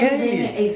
kylie